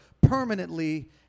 permanently